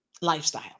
lifestyle